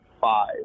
five